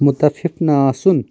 مُتفِف نہٕ آسُن